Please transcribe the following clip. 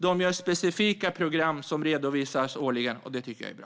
De gör specifika program som redovisas årligen, och det tycker jag är bra.